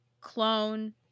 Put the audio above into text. clone